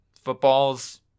Football's